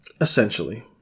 Essentially